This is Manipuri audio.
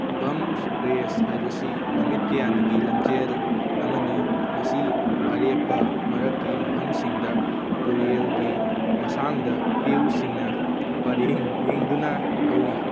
ꯕꯝꯁ ꯔꯦꯁ ꯍꯥꯏꯕꯁꯤ ꯅꯨꯃꯤꯠ ꯀꯌꯥꯅꯤꯒꯤ ꯂꯝꯖꯦꯜ ꯑꯃꯅꯤ ꯃꯁꯤ ꯑꯔꯦꯞꯄ ꯃꯔꯛꯀꯤ ꯃꯐꯝꯁꯤꯡ ꯇꯨꯔꯦꯜꯒꯤ ꯃꯁꯥꯡꯗ ꯀ꯭ꯔꯨꯁꯤꯡꯅ ꯄꯔꯦꯡ ꯂꯦꯡꯗꯨꯅ ꯍꯧꯋꯤ